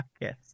Yes